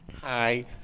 Hi